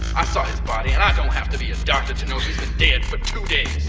i saw his body, and i don't have to be a doctor to know he's been dead for two days